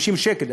50 שקל,